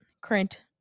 current